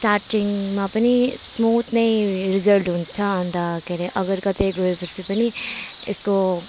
स्टार्टिङमा पनि स्मुथ नै रिजल्ट हुन्छ अन्त के अरे अगर कतै गयो पछि पनि यसको